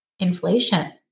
Inflation